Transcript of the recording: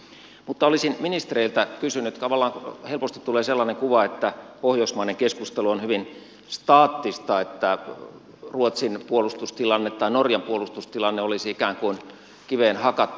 mutta olisin ministereiltä kysynyt siitä kun tavallaan helposti tulee sellainen kuva että pohjoismainen keskustelu on hyvin staattista että ruotsin puolustustilanne tai norjan puolustustilanne olisi ikään kuin kiveen hakattu